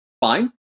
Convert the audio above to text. fine